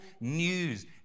news